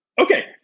Okay